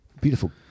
beautiful